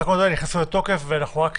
התקנות האלה נכנסות לתוקף ואנחנו רק,